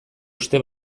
uste